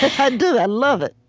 i do. i love it